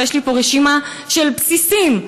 יש לי פה רשימה של בסיסים,